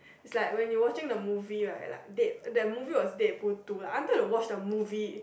it's like when you watching the movie right like dead~ that movie was deadpool two right I've not watch the movie